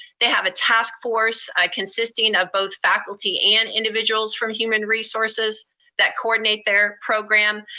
they have a task force consisting of both faculty and individuals from human resources that coordinate their program.